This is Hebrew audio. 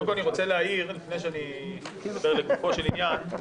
אני רוצה להעיר, לפני שאני מדבר לגופו של עניין,